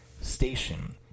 station